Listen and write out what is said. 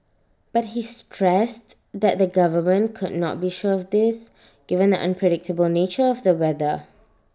but he stressed that the government could not be sure of this given the unpredictable nature of the weather